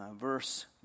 verse